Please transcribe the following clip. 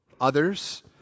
others